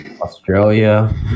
Australia